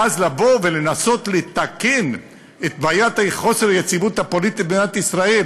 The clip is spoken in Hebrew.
ואז לנסות לתקן את בעיית חוסר היציבות הפוליטית במדינת ישראל